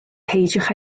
peidiwch